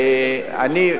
אני,